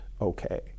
okay